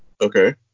Okay